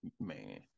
Man